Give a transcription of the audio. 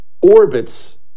orbits